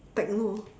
techno